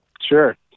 Sure